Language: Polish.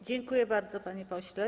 Dziękuję bardzo, panie pośle.